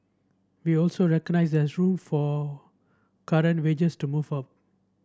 we also recognised there room for current wages to move up